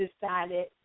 decided